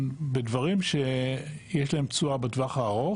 בדברים שיש להם תשואה בטווח הארוך,